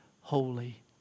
holy